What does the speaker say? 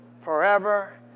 Forever